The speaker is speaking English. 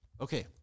Okay